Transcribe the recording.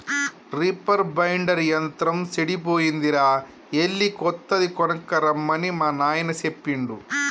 reaper binder యంత్రం సెడిపోయిందిరా ఎళ్ళి కొత్తది కొనక్కరమ్మని మా నాయిన సెప్పిండు